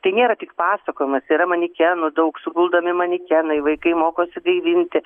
tai nėra tik pasakojimas tai yra manekenų daug suguldomi manekenai vaikai mokosi gaivinti